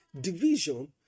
division